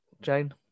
Jane